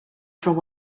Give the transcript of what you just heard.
from